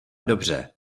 dobře